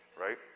right